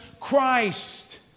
Christ